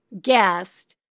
guest